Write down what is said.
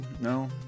No